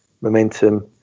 momentum